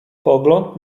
pogląd